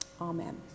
Amen